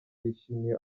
bishimiye